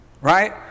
right